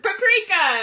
paprika